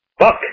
Fuck